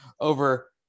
over